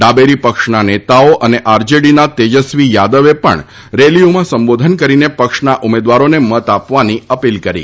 ડાબેરી પક્ષના નેતાઓ અને આરજેડીના તેજસ્વી યાદવે પણ રેલીઓમાં સંબોધન કરીને પક્ષના ઉમેદવારોને મત આપવાની અપીલ કરી છે